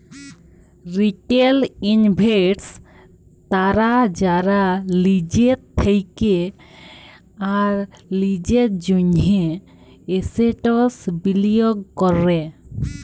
retail investors তারা যারা লিজের থেক্যে আর লিজের জন্হে এসেটস বিলিয়গ ক্যরে